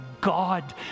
God